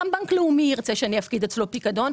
גם בנק לאומי ירצה שאני אפקיד אצלו פיקדון,